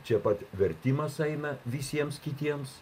čia pat vertimas eina visiems kitiems